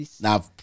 Now